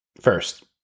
First